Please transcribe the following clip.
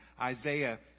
Isaiah